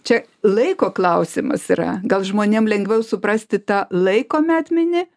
čia laiko klausimas yra gal žmonėm lengviau suprasti tą laiko matmenį